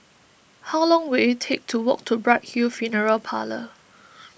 how long will it take to walk to Bright Hill Funeral Parlour